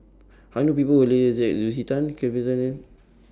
I know People Lucy Tan Kelvin Tan and